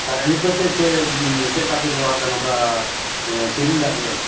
ᱛᱟᱦᱚᱞᱮ ᱱᱤᱛ ᱫᱚ ᱪᱮᱫ ᱯᱮ ᱪᱮᱫ ᱫᱟᱜ ᱯᱮ ᱵᱮᱵᱚᱦᱟᱨᱮᱫᱟ ᱱᱚᱝᱠᱟ ᱠᱤᱨᱤᱧ ᱫᱟᱜ ᱜᱮ